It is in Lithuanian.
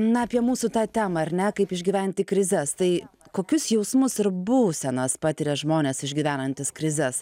na apie mūsų tą temą ar ne kaip išgyventi krizes tai kokius jausmus ir būsenas patiria žmonės išgyvenantys krizes